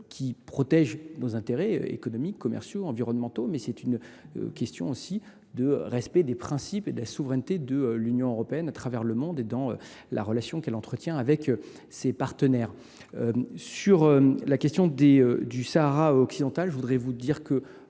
qui protège nos intérêts économiques, commerciaux et environnementaux, mais témoigne aussi de notre exigence de respect des principes et de la souveraineté de l’Union européenne à travers le monde, dans les relations qu’elle entretient avec ses partenaires. Sur la question du Sahara occidental, le Gouvernement